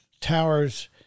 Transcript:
towers